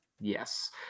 Yes